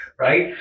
right